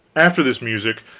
after this music,